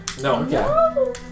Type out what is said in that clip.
No